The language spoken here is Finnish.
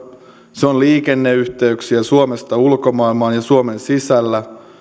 se on liikenneyhteyksiä suomesta ulkomaailmaan ja suomen sisällä